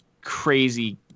crazy